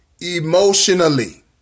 emotionally